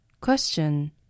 Question